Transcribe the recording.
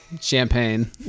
Champagne